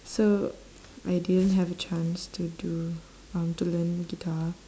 so I didn't have a chance to do um to learn guitar